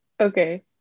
okay